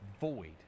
void